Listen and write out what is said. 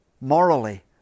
morally